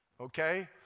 okay